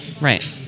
right